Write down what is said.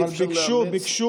אבל בעלי פיגומים קיימים ביקשו,